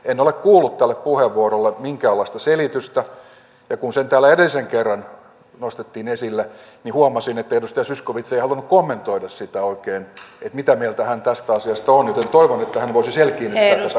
en ole kuullut tälle puheenvuorolle minkäänlaista selitystä ja kun se täällä edellisen kerran nostettiin esille niin huomasin että edustaja zyskowicz ei oikein halunnut kommentoida sitä mitä mieltä hän tästä asiasta on joten toivon että hän voisi selkiinnyttää tätä kokoomuksen linjaa